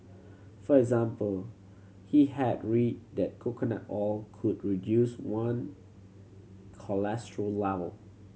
for example he had read that coconut oil could reduce one cholesterol level